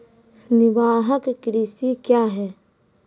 निवाहक कृषि क्या हैं?